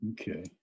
Okay